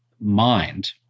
mind